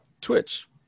Twitch